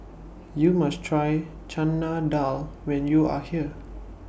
YOU must Try Chana Dal when YOU Are here